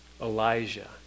Elijah